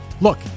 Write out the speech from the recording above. look